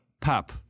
Pap